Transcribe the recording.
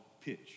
pitch